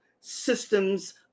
systems